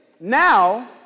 now